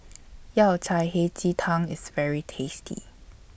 Yao Cai Hei Ji Tang IS very tasty